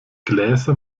gläser